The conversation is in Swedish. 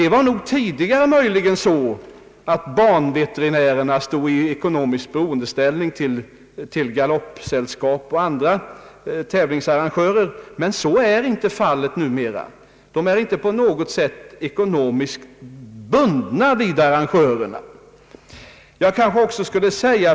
Tidigare var det möjligen på det sättet att banveterinärerna stod i ekonomisk beroendeställning till galoppsällskap och andra tävlingsarrangörer, men så är inte fallet numera — de är icke på något sätt ekonomiskt bundna vid arrangörerna.